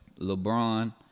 LeBron